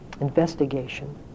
Investigation